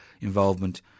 involvement